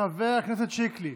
חבר הכנסת שיקלי,